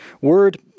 word